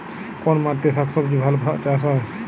কোন মাটিতে শাকসবজী ভালো চাষ হয়?